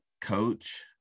coach